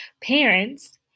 parents